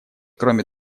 кроме